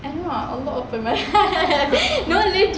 I don't know allah open my heart no legit